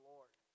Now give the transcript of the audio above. Lord